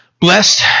blessed